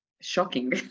shocking